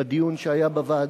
בדיון שהיה בוועדה,